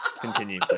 Continue